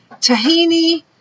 tahini